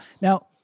now